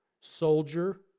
soldier